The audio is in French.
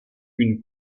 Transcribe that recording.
une